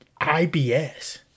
ibs